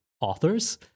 authors